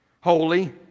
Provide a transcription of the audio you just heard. Holy